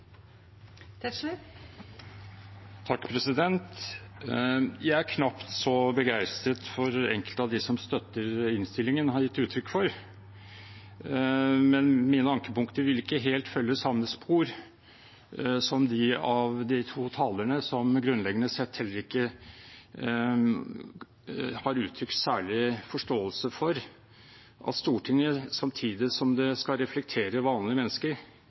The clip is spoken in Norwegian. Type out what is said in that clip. Jeg er knapt så begeistret som enkelte av dem som støtter innstillingen, har gitt uttrykk for, men mine ankepunkter vil ikke helt følge samme spor som de av de to talerne som grunnleggende sett heller ikke har uttrykt særlig forståelse for at Stortinget, samtidig som det skal reflektere vanlige mennesker